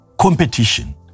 competition